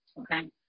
okay